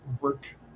work